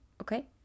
Okay